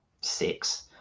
six